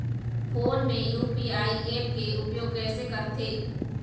Phone मे UPI app के उपयोग कइसे करथे?